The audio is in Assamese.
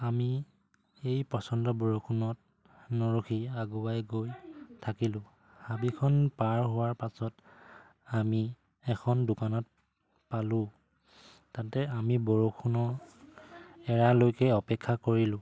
আমি এই প্ৰচণ্ড বৰষুণত নৰখি আগুৱাই গৈ থাকিলোঁ হাবিখন পাৰ হোৱাৰ পাছত আমি এখন দোকানত পালোঁ তাতে আমি বৰষুণৰ এৰালৈকে অপেক্ষা কৰিলোঁ